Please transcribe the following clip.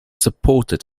supported